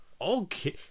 Okay